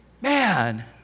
man